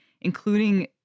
including